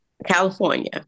California